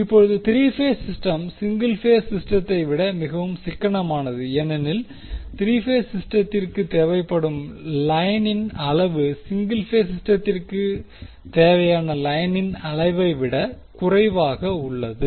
இப்போது 3 phase system single phase சிஸ்டத்தை விட மிகவும் சிக்கனமானது ஏனெனில் 3 பேஸ் சிஸ்டதிற்கு தேவைப்படும் லைனின் அளவு சிங்கிள் பேஸ் சிஸ்டத்திற்கு தேவையான லைனின் அளவை விட குறைவாக உள்ளது